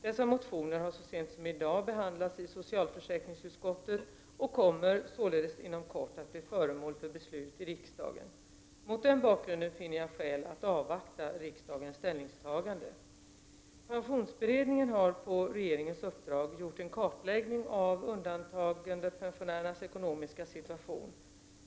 Dessa motioner har så sent som i dag behandlats i socialförsäkringsutskottet och kommer således inom kort att bli föremål för beslut i riksdagen. Mot den bakgrunden finner jag skäl att avvakta riksdagens ställningstagande. Pensionsberedningen har på regeringens uppdrag gjort en kartläggning av undantagandepensionärernas ekonomiska situation.